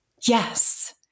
Yes